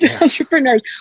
entrepreneurs